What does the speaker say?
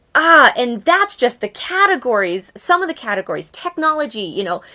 ah and that's just the categories, some of the categories. technology, you know,